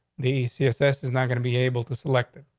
the css is not gonna be able to select it.